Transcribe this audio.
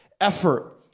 effort